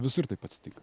visur taip atsitinka